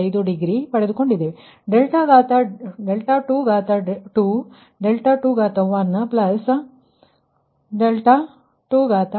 165 degree ಪಡೆದುಕೊಂಡಿದ್ದೇವೆ 2 2∆2 ∆2